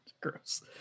Gross